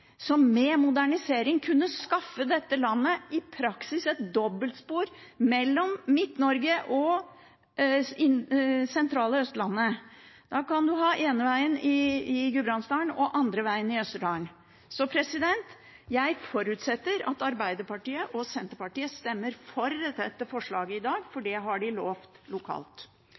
som med modernisering i praksis kunne skaffet dette landet et dobbeltspor mellom Midt-Norge og det sentrale Østlandet. Da kan man ha den ene vegen i Gudbrandsdalen og den andre vegen i Østerdalen. Jeg forutsetter at Arbeiderpartiet og Senterpartiet stemmer for dette forslaget i dag, for det har de lovet lokalt.